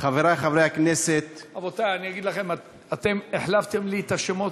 חברי חברי הכנסת, רבותי, החלפתם לי את השמות.